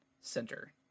center